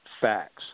Facts